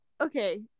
okay